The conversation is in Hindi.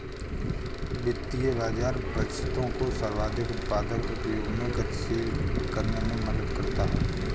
वित्तीय बाज़ार बचतों को सर्वाधिक उत्पादक उपयोगों में गतिशील करने में मदद करता है